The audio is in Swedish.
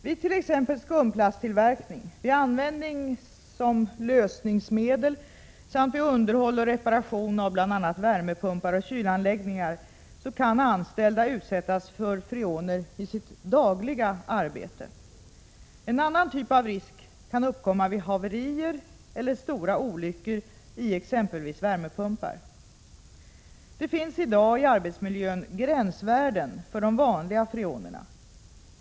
Vid t.ex. skumplasttillverkning, vid användning som lösningsmedel samt vid underhåll och reparation av bl.a. värmepumpar och kylanläggningar kan anställda utsättas för freoner i sitt dagliga arbete. En annan typ av risk kan uppkomma vid haverier eller stora olyckor i exempelvis värmepumpar. Det finns i dag i arbetsmiljön gränsvärden för de vanliga freonerna.